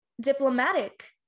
diplomatic